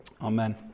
Amen